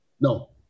No